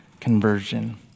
conversion